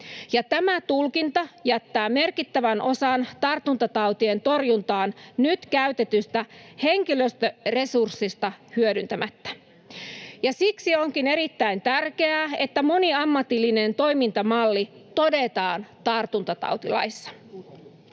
Tämä tulkinta jättää merkittävän osan tartuntatautien torjuntaan nyt käytetystä henkilöstöresurssista hyödyntämättä. Siksi onkin erittäin tärkeää, että moniammatillinen toimintamalli todetaan tartuntatautilaissa.